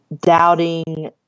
doubting